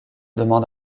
demande